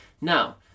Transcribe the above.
Now